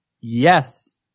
Yes